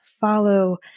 follow